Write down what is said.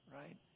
right